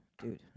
Dude